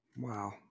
wow